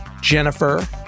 Jennifer